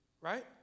right